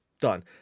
done